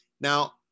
Now